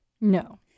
No